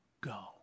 go